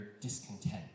discontent